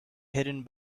hidden